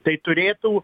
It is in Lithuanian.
tai turėtų